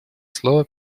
слово